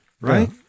Right